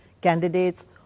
candidates